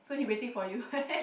so he waiting for you